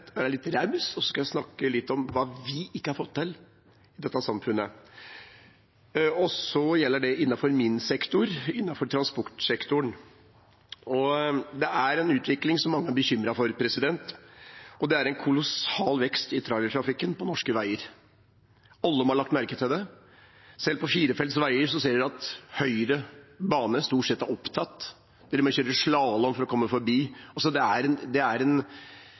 litt raus og snakke litt om det vi ikke har fått til i dette samfunnet, innenfor min sektor, transportsektoren. En utvikling som mange er bekymret for, er en kolossal vekst i trailertrafikken på norske veier. Alle må ha lagt merke til det. Selv på firefeltsveier ser man at høyre bane stort sett er opptatt. Man må kjøre slalåm for å komme forbi. Det er på mange måter en situasjon som ikke er